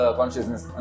consciousness